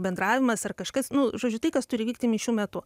bendravimas ar kažkas nu žodžiu tai kas turi vykti mišių metu